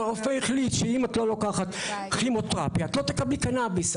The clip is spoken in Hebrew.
הרופא החליט שאם היא לא לוקחת כימותרפיה היא לא תקבל קנביס.